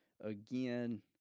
again